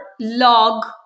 log